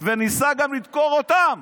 וניסה גם לדקור אותם,